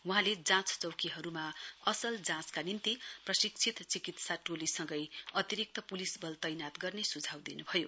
वहाँले जाँच चौकीहरूमा असल जाँचका निम्ति प्रशिक्षित चिकित्सा टोलीसंगै अतिरिक्त पुलिस बल तैनाथ गर्ने सुझाव दिनु भयो